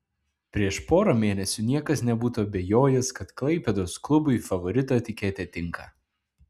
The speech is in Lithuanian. prieš porą mėnesių niekas nebūtų abejojęs kad klaipėdos klubui favorito etiketė tinka